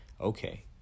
Okay